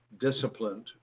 disciplined